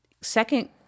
Second